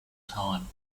time